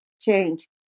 change